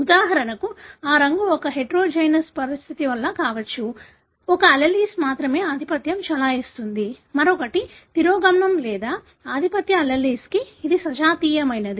ఉదాహరణకు ఆ రంగు ఒక హెటెరోజైగస్ పరిస్థితి వల్ల కావచ్చు ఒక alleles మాత్రమే ఆధిపత్యం చెలాయిస్తుంది మరొకటి తిరోగమనం లేదా ఆధిపత్య allelesకి ఇది సజాతీయమైనది